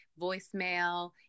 voicemail